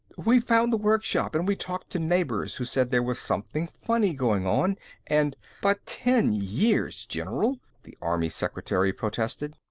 we found the workshop and we talked to neighbors who said there was something funny going on and but ten years, general! the army secretary protested.